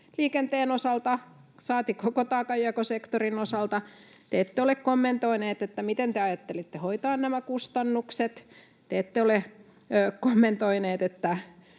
liikenteen osalta, saati koko taakanjakosektorin osalta. Te ette ole kommentoineet, miten te ajattelitte hoitaa nämä kustannukset. Te ette ole kommentoineet, onko